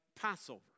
Passover